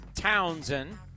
Townsend